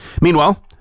Meanwhile